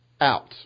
out